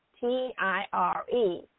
T-I-R-E